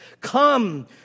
Come